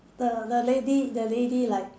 the the lady the lady like